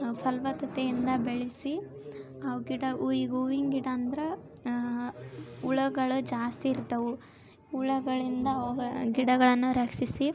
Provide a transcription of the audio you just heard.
ಫಲವತ್ತತೆಯಿಂದ ಬೆಳೆಸಿ ಅವು ಗಿಡ ಹೂವು ಈಗ ಹೂವಿನ್ ಗಿಡ ಅಂದ್ರೆ ಹುಳಗಳು ಜಾಸ್ತಿ ಇರ್ತಾವು ಹುಳಗಳಿಂದ ಅವುಗ ಗಿಡಗಳನ್ನು ರಕ್ಷಿಸಿ